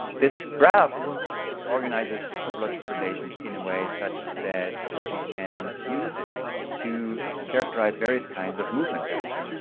this graph organizes topological relations in a way such that you can use it to characterize various kinds of movement patterns.